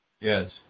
Yes